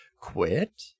quit